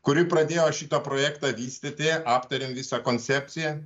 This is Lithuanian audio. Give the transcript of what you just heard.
kuri pradėjo šitą projektą vystyti aptarėm visą koncepciją